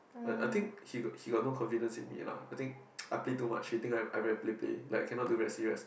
I think he got he got no confidence in me lah I think I play too much he think I I very play play like cannot do very serious